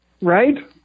Right